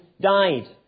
died